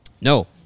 No